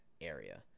area